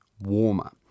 warmer